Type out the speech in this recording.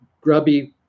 grubby